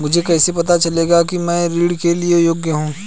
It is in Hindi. मुझे कैसे पता चलेगा कि मैं ऋण के लिए योग्य हूँ?